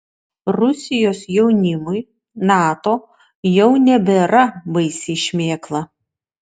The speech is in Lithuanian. rusijos jaunimui nato jau nebėra baisi šmėkla